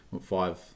five